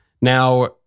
Now